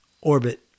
Orbit